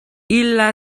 illa